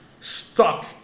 stuck